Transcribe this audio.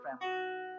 family